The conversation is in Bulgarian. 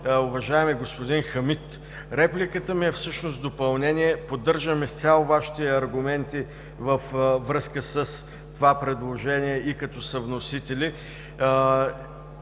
уважаеми господин Хамид! Репликата ми е всъщност допълнение, поддържам изцяло Вашите аргументи във връзка с това предложение и като съвносители.